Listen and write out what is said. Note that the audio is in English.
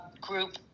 group